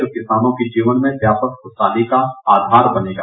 जो किसानों के जीवन में व्यापक खुशहाली का आधार बनेगा